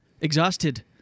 exhausted